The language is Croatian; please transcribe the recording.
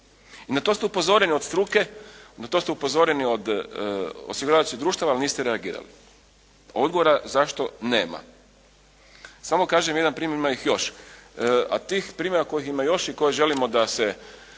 I na to ste upozoreni od struke, na to ste upozoreni od osiguravajućih društava ali niste reagirali. Odgovora zašto nema. Samo kažem jedan primjer, ima ih još. A tih primjera kojih ima još i koji želimo da se